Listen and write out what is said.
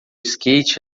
skate